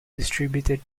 distributed